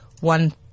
one